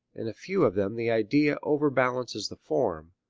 in a few of them the idea overbalances the form,